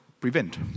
prevent